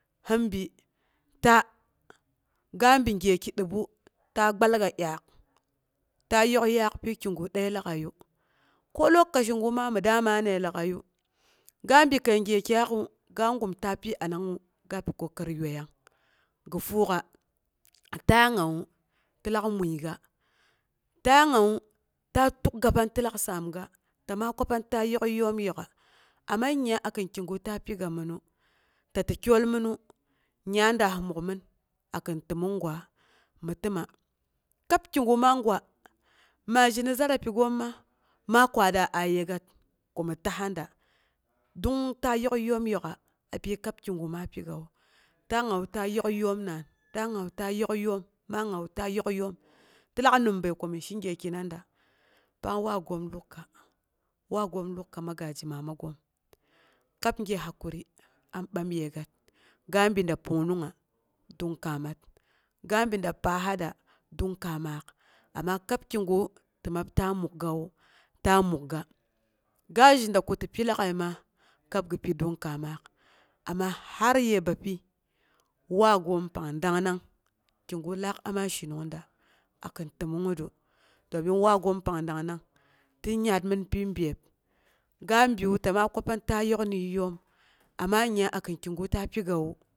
Hinbi ta, ga bi gyeki dəbu ta gbalga dyaak, ta yok yiiyaak pyi kigu dəi lag'aiyu. Ko lokaci gu ma mi daa maanəi lag'aiyu, ga bi kəi gye kyaak'u, ga gumta pyi anangngu gapi kokari ywaiyong gi fuuk'a, ta ngawu ti lak muiga, ta ngawu ta tukga pang tilak saamga ta ma kwa pang ta yok yiiyoom yok'a, amma nyingnya akin kiga ta pigaminu, ti kyolminu, nya daah mukmin akin təmong gwa mi təmai kab kigu ma gwa, ma zhi ni zarafi gooma gwa, ma kwatra ayegat ko mi tahada don ta yokyii yoom yok'a a pyi kab kigu ma pigawu, ta ngawu ta yok yiiyoom nan, ta ngawu ta you yiiyoom, ma ngau ta yok yiiyoom, tilak nimbəi ko mi she gyekinaida pang waa goom luka. Waagoom luka magaji mamagoom kab gye hakuri am ɓam yəgat, ga bida pungnunga don kaamaat, ga bi da pahada don kaamak ama kab kigu ti mab ta mukgawu ta mukga, ga zhida koti pi lag'ai ma kab gi pi don kaamaak ama har yə bapyi waagoom pong dangnang kigu laak ama shenongda akwi tənongngətru, domin waagoom pong dangnang ti nyaatmin pyi byeeb, ga piwu ta ma kwa pang ta yok nde yuyoom, ama nyingnya akin kiga ta piganu